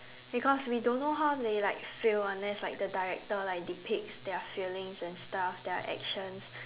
because we don't know how they like feel unless like the director like depicts like their feelings and stuff their actions